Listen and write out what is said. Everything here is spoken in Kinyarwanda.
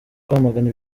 kwamagana